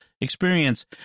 experience